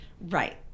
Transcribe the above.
Right